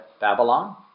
Babylon